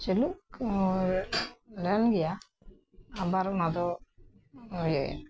ᱪᱟᱞᱩᱜᱞᱮᱱᱜᱮᱭᱟ ᱟᱵᱟᱨ ᱚᱱᱟ ᱫᱚ ᱤᱭᱟᱹᱭ ᱱᱟ